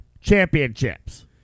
Championships